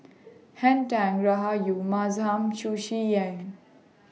Henn Tan Rahayu Mahzam Chu Chee Seng